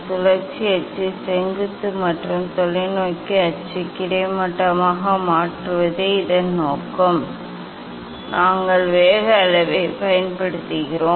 சுழற்சி அச்சு செங்குத்து மற்றும் தொலைநோக்கி அச்சு கிடைமட்டமாக மாற்றுவதே இதன் நோக்கம் நாங்கள் வேக அளவைப் பயன்படுத்துகிறோம்